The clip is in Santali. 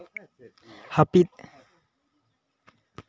ᱦᱟᱹᱯᱤᱫ